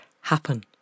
happen